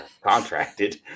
contracted